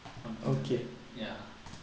something like that ya